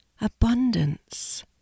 abundance